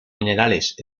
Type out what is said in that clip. minerales